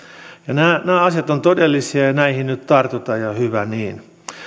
nämä nämä asiat ovat todellisia ja ja näihin nyt tartutaan ja hyvä niin